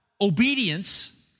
obedience